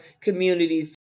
communities